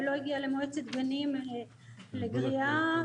ולא למועצת גנים לגריעה.